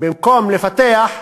במקום לפתח,